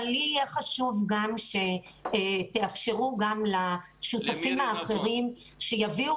אבל יהיה לי חשוב שתאפשרו גם לשותפים האחרים שיביאו